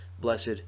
blessed